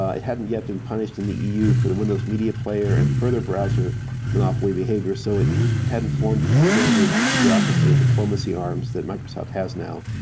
ah it hadn't yet been punished in the eu for the windows media player and further browser monopoly behaviors, so it it hadn't form and its standards bureaucracy and diplomacy arms that microsoft has now.